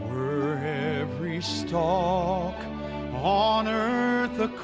every stalk on earth a